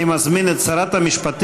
אני מזמין את שרת המשפטים,